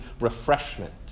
refreshment